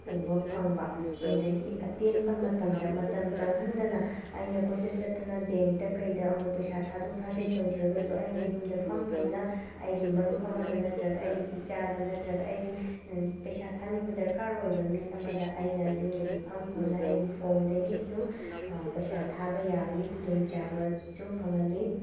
ꯎꯕ ꯐꯪꯕ ꯑꯗꯨꯒꯤ ꯑꯇꯦꯟꯕ ꯃꯇꯝꯗ ꯃꯇꯝ ꯆꯪꯍꯟꯗꯅ ꯑꯩꯅ ꯀꯣꯏꯆꯠ ꯆꯠꯇꯨꯅ ꯕꯦꯡꯇ ꯀꯩꯗ ꯑꯃꯨꯛ ꯄꯩꯁꯥ ꯊꯥꯗꯣꯛ ꯊꯥꯖꯤꯟ ꯇꯧꯗ꯭ꯔꯒꯁꯨ ꯑꯩꯅ ꯌꯨꯝꯗ ꯐꯝ ꯐꯝꯅ ꯑꯩꯒꯤ ꯃꯔꯨꯞ ꯑꯃꯗ ꯅꯠꯇ꯭ꯔꯒ ꯑꯩꯒꯤ ꯏꯆꯥꯗ ꯅꯠꯇ꯭ꯔꯒ ꯑꯩꯒꯤ ꯄꯩꯁꯥ ꯊꯥꯅꯤꯡꯕ ꯗꯔꯀꯥꯔ ꯑꯣꯏꯕ ꯃꯤ ꯑꯃꯗ ꯑꯩꯅ ꯌꯨꯝꯗꯒꯤ ꯐꯝ ꯐꯝꯅ ꯑꯩꯒꯤ ꯐꯣꯟꯗꯒꯤ ꯑꯗꯨꯝ ꯄꯩꯁꯥ ꯊꯥꯕ ꯌꯥꯕꯒꯤ ꯈꯨꯗꯣꯡꯆꯥꯕꯁꯨ ꯐꯪꯍꯜꯂꯤ